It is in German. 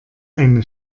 eine